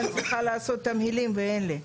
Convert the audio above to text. --- צריכה לעשות תמהילים ואין לי.